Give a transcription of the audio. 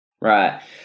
Right